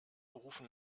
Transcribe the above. rufen